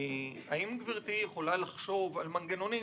האם גברתי הייתה יכולה להציע לנו מנגנונים